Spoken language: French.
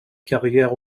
carrière